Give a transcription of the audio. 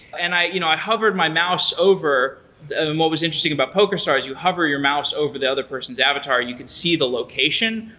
and i you know i hovered my mouse over what was interesting about poker star is you hover your mouse over the other person's avatar and you could see the location.